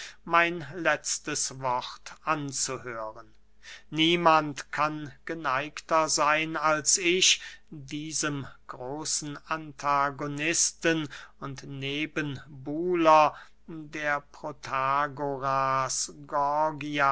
mein letztes wort anzuhören niemand kann geneigter seyn als ich diesem großen antagonisten und nebenbuhler der protagoras